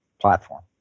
platform